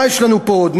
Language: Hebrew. מה יש לנו פה עוד?